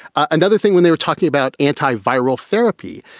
another thing, when they were talking about antiviral therapy,